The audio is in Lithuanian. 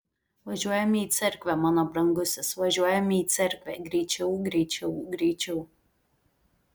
važiuojame į cerkvę mano brangusis važiuojame į cerkvę greičiau greičiau greičiau